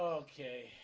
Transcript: ah okay,